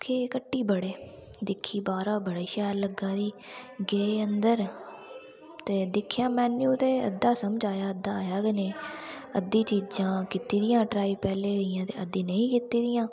इक हट्टी बड़े बाह्रा बड़ी शैल लग्गा दी गै अंदर ते दिक्खेआ में मिन्यू ते अद्धा समझ आया ते अद्धा आया गै नेईं अद्धी चीजां ते कीती दियां हियां ट्राई पैह्लें दियां ते अद्धी नेईं कीती दियां